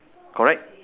correct